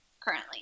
currently